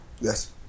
Yes